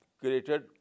created